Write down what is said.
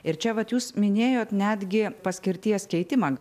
ir čia vat jūs minėjot netgi paskirties keitimą